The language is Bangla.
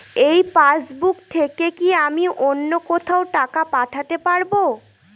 এই পাসবুক থেকে কি আমি অন্য কোথাও টাকা পাঠাতে পারব?